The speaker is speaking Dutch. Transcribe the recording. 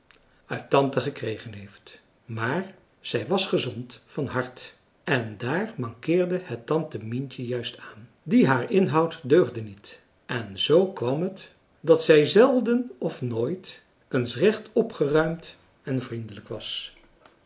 maar zij was gezond van hart en daar mankeerde het tante mientje juist aan die haar inhoud deugde niet en zoo kwam het dat zij zelden of nooit eens recht opgeruimd en vriendelijk was